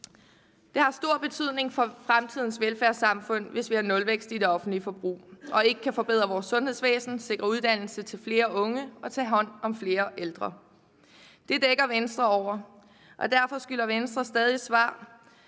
Det har stor betydning for fremtidens velfærdssamfund, hvis vi har nulvækst i det offentlige forbrug og ikke kan forbedre vores sundhedsvæsen, sikre uddannelse til flere unge og tage hånd om flere ældre. Det dækker Venstre over, og derfor skylder Venstre stadig svar,